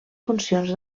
funcions